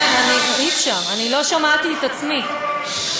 אי-אפשר, אני לא שמעתי את עצמי.